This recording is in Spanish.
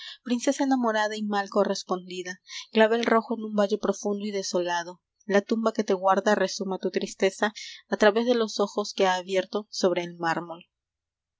princesa enamorada y mal correspondida j ave r jo en un valle profundo y desolado iu iua que te guarda rezuma tu tristeza a través de los ojos que ha abierto sobre el mármol